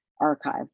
archive